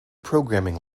programming